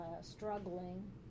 struggling